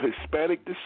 Hispanic